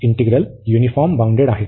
आणि हे integral uniform bounded आहेत